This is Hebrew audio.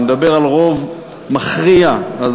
אני מדבר על רוב מכריע, אז